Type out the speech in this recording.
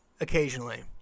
occasionally